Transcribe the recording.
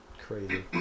crazy